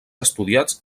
estudiats